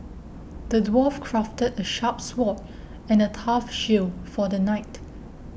the dwarf crafted a sharp sword and a tough shield for the knight